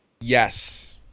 Yes